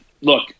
Look